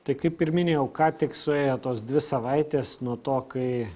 tai kaip ir minėjau ką tik suėjo tos dvi savaitės nuo to kai